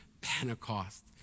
Pentecost